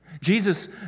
Jesus